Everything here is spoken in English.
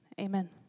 Amen